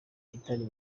itari